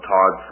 Todd